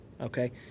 okay